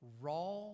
Raw